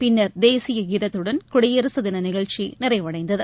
பின்னர் தேசிய கீதத்துடன் குடியரசு தின நிகழ்ச்சி நிறைவடைந்தது